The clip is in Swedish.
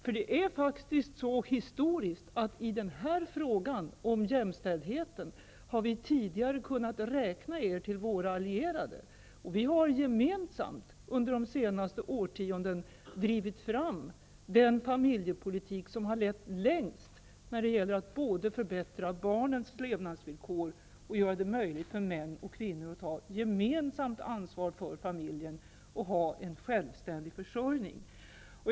Historiskt har det varit så att vi i fråga om jämställdheten har kunnat räkna er till våra allierade. Vi har gemensamt under de senaste årtiondena drivit fram den familjepolitik som har lett längst när det gäller att både förbättra barnens levnadsvillkor och göra det möjligt för män och kvinnor att ta gemensamt ansvar för familjen och ha en självständig försörjning.